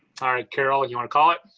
ah right carol, you wanna call it?